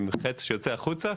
עם החץ שיוצא החוצה,